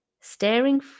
staring